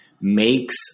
makes